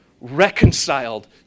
reconciled